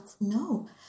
no